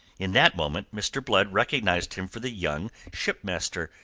in that moment mr. blood recognized him for the young shipmaster,